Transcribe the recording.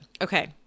Okay